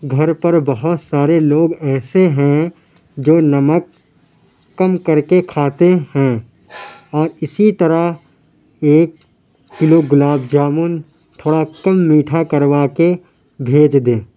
گھر پر بہت سارے لوگ ایسے ہیں جو نمک کم کر کے کھاتے ہیں اور اسی طرح ایک کلو گلاب جامن تھوڑا کم میٹھا کروا کے بھیج دیں